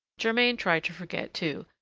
germain tried to forget, too,